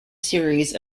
series